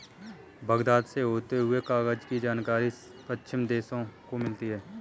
Baghdad से होते हुए कागज की जानकारी पश्चिमी देशों को मिली